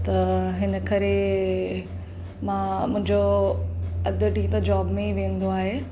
त हिन करे मां मुंहिंजो अधु ॾींहुं त जॉब में ई वेंदो आहे